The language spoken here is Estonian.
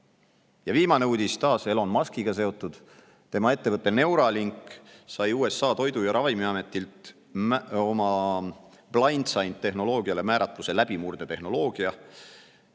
Viimane uudis on taas Elon Muskiga seotud. Tema ettevõte Neuralink sai USA toidu‑ ja ravimiametilt oma Blindsight-tehnoloogiale määratluseks läbimurdetehnoloogia.